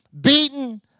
Beaten